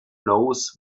knows